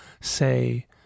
say